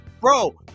Bro